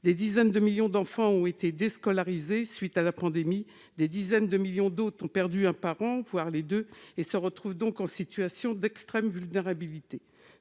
Des dizaines de millions d'enfants ont été déscolarisés, des dizaines de millions d'autres ont perdu un parent, voire les deux, et se retrouvent en situation d'extrême vulnérabilité.